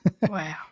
wow